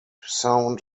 sound